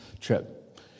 trip